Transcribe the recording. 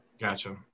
Gotcha